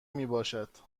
میباشد